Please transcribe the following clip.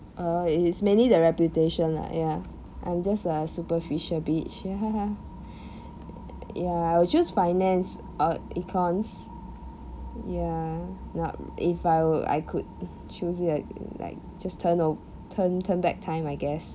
err it is mainly the reputation lah ya I'm just a superficial bitch ya I would choose finance or econs ya if I were I could choose it ag~ like just turn o~ turn turn back time I guess